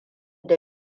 da